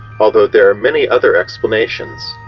ah though there are many other explanations.